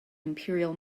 imperial